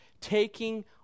taking